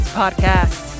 podcast